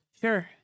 Sure